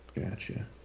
Gotcha